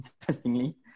interestingly